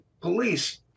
police